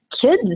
kids